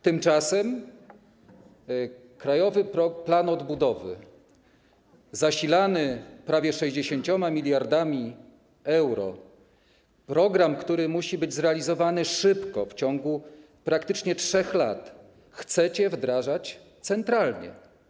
Tymczasem krajowy plan odbudowy zasilany prawie 60 mld euro, program, który musi być zrealizowany szybko, w ciągu praktycznie 3 lat, chcecie wdrażać centralnie.